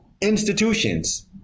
institutions